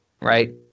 right